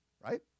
right